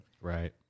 Right